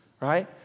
Right